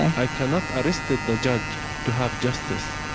i cannot arrest the the judge to have justice.